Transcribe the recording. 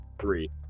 Three